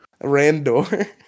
Randor